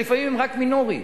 שלפעמים הם רק מינוריים,